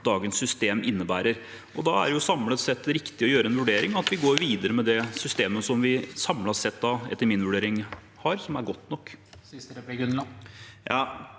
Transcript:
dagens system innebærer. Da er det samlet sett riktig å gjøre en vurdering, at vi går videre med det systemet som vi har, som etter min vurdering er godt nok.